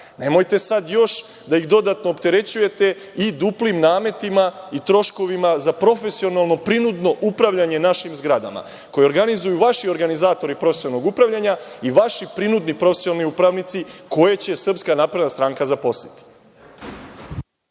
Nemojte sad još da ih dodatno opterećujete i duplim nametima i troškovima za profesionalno prinudno upravljanje našim zgradama, koje organizuju vaši organizatori profesionalnog upravljanja i vaši prinudni profesionalni upravnici koje će Srpska napredna stranka zaposliti.